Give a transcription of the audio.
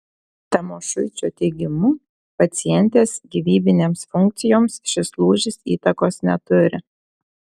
tamošuičio teigimu pacientės gyvybinėms funkcijoms šis lūžis įtakos neturi